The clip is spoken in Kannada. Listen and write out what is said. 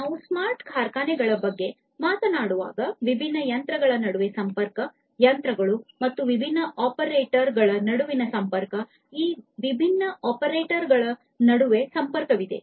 ನಾವು ಸ್ಮಾರ್ಟ್ ಕಾರ್ಖಾನೆಗಳ ಬಗ್ಗೆ ಮಾತನಾಡುವಾಗ ವಿಭಿನ್ನ ಯಂತ್ರಗಳ ನಡುವೆ ಸಂಪರ್ಕ ಯಂತ್ರಗಳು ಮತ್ತು ಈ ವಿಭಿನ್ನ ಆಪರೇಟರ್ಗಳ ನಡುವೆ ಸಂಪರ್ಕ ಸ್ಮಾರ್ಟ್ ಕಾರ್ಖಾನೆಗಳ ಕೆಲವು ಗುಣಲಕ್ಷಣಗಳು ಇವು